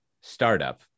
startup